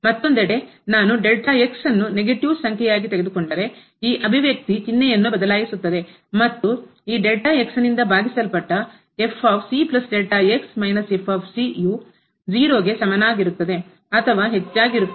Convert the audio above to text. ಮತ್ತೊಂದೆಡೆ ನಾನು ಅನ್ನು negative ಋಣಾತ್ಮಕ ಸಂಖ್ಯೆಯಾಗಿ ತೆಗೆದುಕೊಂಡರೆ ಈ ಅಭಿವ್ಯಕ್ತಿ ಚಿಹ್ನೆಯನ್ನು ಬದಲಾಯಿಸುತ್ತದೆ ಮತ್ತು ಈ ಭಾಗಿಸಲ್ಪಟ್ಟ ಯು 0 ಗೆ ಸಮನಾಗಿರುತ್ತದೆ ಅಥವಾ ಹೆಚ್ಚಾಗಿರುತ್ತದೆ